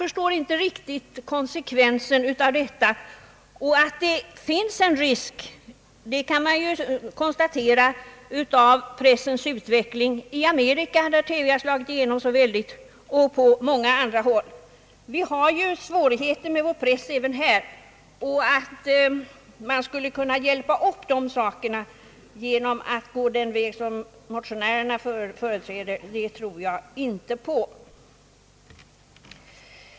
Att en risk finns kan vi konstatera, det visar utvecklingen för pressen i USA, där TV slagit igenom så starkt, och på många andra håll. Även vi har ju svårigheter med vår press, och jag tror inte att man får en bättre, ökad opinionsbildning genom att gå den väg som motionärerna förordar.